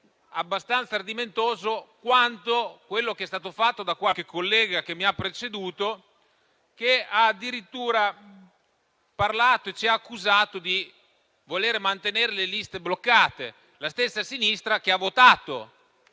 abbastanza ardimentoso quanto quello che è stato fatto da qualche collega che mi ha preceduto che ha addirittura parlato e ci ha accusato di voler mantenere le liste bloccate. La stessa sinistra che ha votato